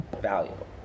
valuable